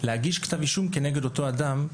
להגיש כתב אישום נגד אותו אדם,